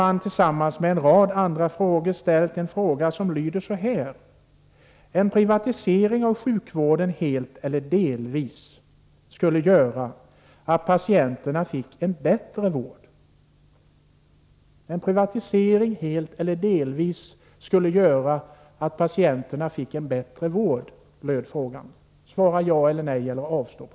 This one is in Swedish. En av de frågor som ställdes lydde så här: Skulle en privatisering av sjukvården helt eller delvis göra att patienterna fick en bättre vård? Man skulle svara ja eller nej eller avstå.